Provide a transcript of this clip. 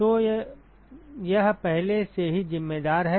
तो यह पहले से ही जिम्मेदार है